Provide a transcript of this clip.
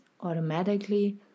automatically